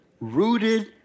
Rooted